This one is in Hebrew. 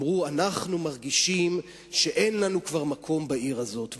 הוא: אנחנו מרגישים שאין לנו כבר מקום בעיר הזאת.